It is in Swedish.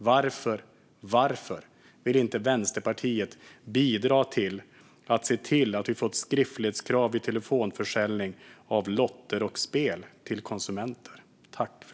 Varför vill inte Vänsterpartiet bidra till att det blir ett skriftlighetskrav vid telefonförsäljning av lotter och spel till konsumenter?